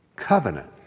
covenant